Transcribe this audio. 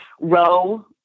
row